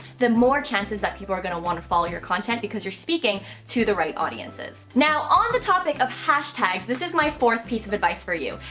the more chances that people are going to want to follow your content because you're speaking to the right audiences. now on the topic of hashtags, this is my fourth piece of advice for you,